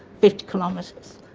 fifty kilometres.